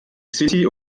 city